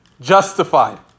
justified